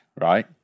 right